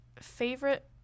favorite